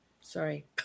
Sorry